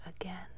again